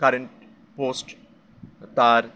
current post তার